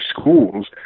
schools